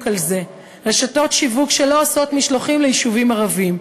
על זה: רשתות שיווק שלא מביאות משלוחים ליישובים ערביים,